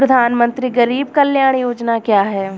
प्रधानमंत्री गरीब कल्याण योजना क्या है?